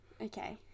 Okay